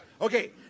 Okay